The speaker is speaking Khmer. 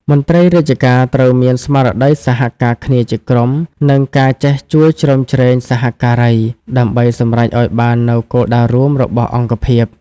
មន្ត្រីរាជការត្រូវមានស្មារតីសហការគ្នាជាក្រុម និងការចេះជួយជ្រោមជ្រែងសហការី ដើម្បីសម្រេចឱ្យបាននូវគោលដៅរួមរបស់អង្គភាព។